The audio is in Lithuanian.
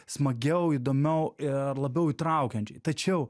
smagiau įdomiau ir labiau įtraukiančiai tačiau